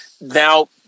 now